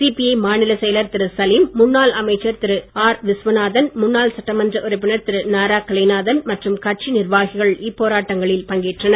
CBI மாநிலச் செயலர் திரு சலீம் முன்னாள் அமைச்சர் திரு ஆர் விஸ்வநாதன் முன்னாள் சட்டமன்ற உறுப்பினர் திரு நாரா கலைநாதன் மற்றும் கட்சி நிர்வாகிகள் இப்போராட்டங்களில் பங்கேற்றனர்